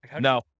No